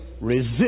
resist